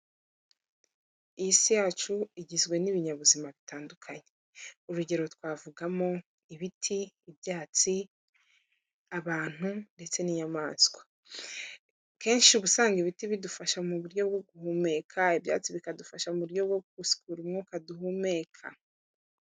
Iyi si yacu igizwe n'ibinyabuzima bitandukanye, urugero twavugamo ibiti, ibyatsi, abantu ndetse n'inyamaswa, kenshi uba usanga ibiti bidufasha mu buryo bwo guhumeka, ibyatsi bikadufasha mu buryo bwo gusukura umwuka duhumeka.